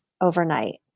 overnight